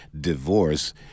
divorce